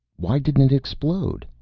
why didn't it explode?